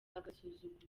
agasuzuguro